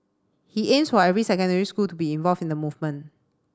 he aims for every secondary school to be involved in the movement